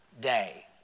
day